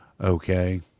Okay